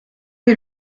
est